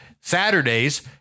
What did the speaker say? Saturdays